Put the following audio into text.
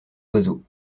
oiseaux